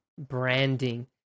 branding